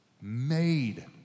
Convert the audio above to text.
made